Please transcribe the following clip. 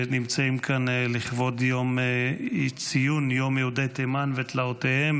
שנמצאים כאן לכבוד יום לציון יהודי תימן ותלאותיהם